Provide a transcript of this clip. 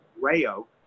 Rayo